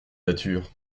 nature